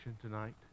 tonight